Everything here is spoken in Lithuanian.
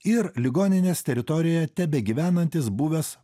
ir ligoninės teritorijoje tebegyvenantis buvęs